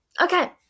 Okay